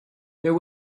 there